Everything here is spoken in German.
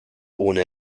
ohne